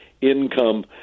income